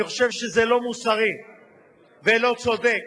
אני חושב שזה לא מוסרי ולא צודק,